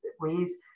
ways